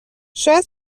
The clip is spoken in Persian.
شاید